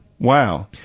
Wow